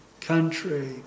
country